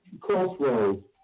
crossroads